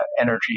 energy